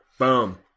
Boom